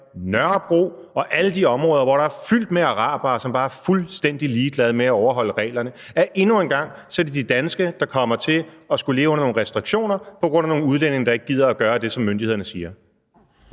Nørrebro og i alle de områder, hvor der er fyldt med arabere, bare er fuldstændig ligeglade med overholde reglerne? Og så er det endnu en gang de danske, der kommer til at skulle leve under nogle restriktioner på grund af nogle udlændinge, der ikke gider at gøre det, som myndighederne siger.